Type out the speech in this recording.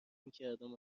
میکردم